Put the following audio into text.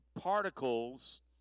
particles